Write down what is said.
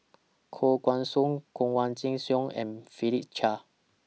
Koh Guan Song Kanwaljit Soin and Philip Chia